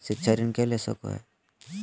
शिक्षा ऋण के ले सको है?